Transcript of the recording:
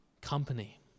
Company